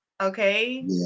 Okay